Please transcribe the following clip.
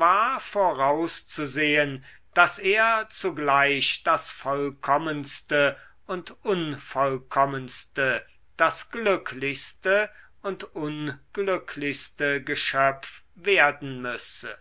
war vorauszusehen daß er zugleich das vollkommenste und unvollkommenste das glücklichste und unglücklichste geschöpf werden müsse